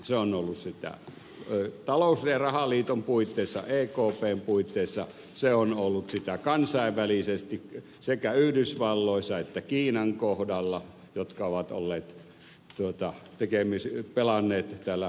se on ollut sitä talous ja rahaliiton puitteissa ekpn puitteissa se on ollut sitä kansainvälisesti sekä yhdysvalloissa että kiinan kohdalla jotka ovat pelanneet tällä korkotasolla